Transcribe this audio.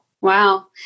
Wow